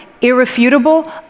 irrefutable